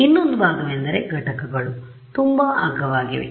ಇನ್ನೊಂದು ಭಾಗವೆಂದರೆ ಘಟಕಗಳು ತುಂಬಾ ಅಗ್ಗವಾಗಿವೆ